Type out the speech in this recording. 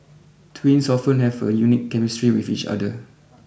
twins often have a unique chemistry with each other